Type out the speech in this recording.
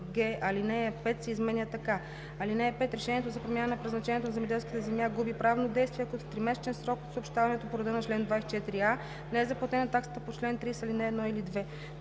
алинея 5 се изменя така: „(5) Решението за промяна на предназначението на земеделската земя губи правно действие, ако в тримесечен срок от съобщаването по реда на чл. 24а не е заплатена таксата по чл. 30, ал. 1 или 2.“;